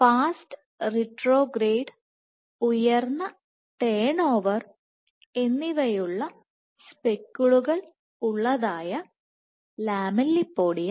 fast retrograde flow ഉയർന്ന turnover എന്നിവയുള്ള സ്പെക്കിളുകൾ ഉള്ളതായ ലാമെല്ലിപോഡിയ